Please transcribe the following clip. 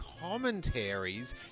commentaries